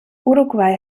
uruguay